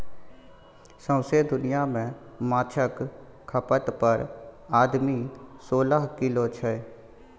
सौंसे दुनियाँ मे माछक खपत पर आदमी सोलह किलो छै